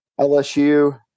LSU